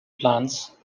plans